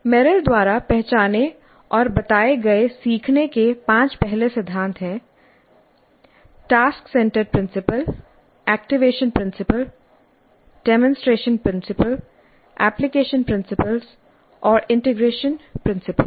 Merrill द्वारा पहचाने और बताए गए सीखने के पांच पहले सिद्धांत हैं task centred principle activation principle demonstration principle application principle और इंटीग्रेशन प्रिंसिपल